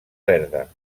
verda